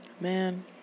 Man